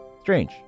strange